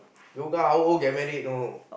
yoga how old get married know